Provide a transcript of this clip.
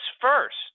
first